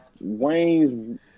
Wayne's